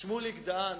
שמוליק דהן,